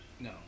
no